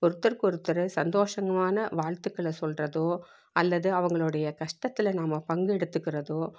ஒருத்தருக்கு ஒருத்தர் சந்தோஷங்குமான வாழ்த்துக்களை சொல்கிறதோ அல்லது அவங்களுடைய கஷ்டத்தில் நாம பங்கு எடுத்துக்கிறதோ